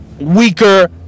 ...weaker